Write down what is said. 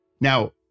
Now